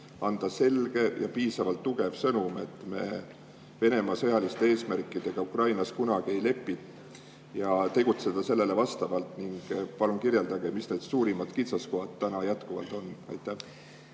anda selge ja piisavalt tugev sõnum, et me Venemaa sõjaliste eesmärkidega Ukrainas kunagi ei lepi, ja tegutseda sellele vastavalt. Palun kirjeldage, mis need suurimad kitsaskohad on. Aitäh!